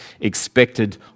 expected